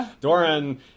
Doran